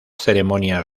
ceremonias